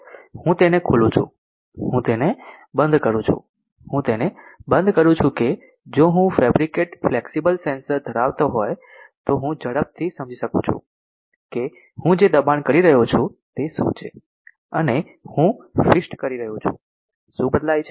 હું તેને ખોલું છું હું તેને બંધ કરું છું હું તેને બંધ કરું છું કે જો હું ફેબ્રિકેટ ફ્લેક્સિબલ સેન્સર ધરાવતો હોય તો હું ઝડપથી સમજી શકું છું કે હું જે દબાણ કરી રહ્યો છું તે શું છે અને હું ફીસ્ટ કરી રહ્યો છું શું બદલાય છે